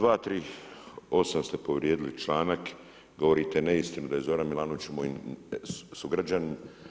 238. ste povrijedili članak, govorite neistinu da je Zoran Milanović moj sugrađanin.